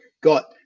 got